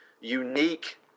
unique